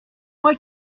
moi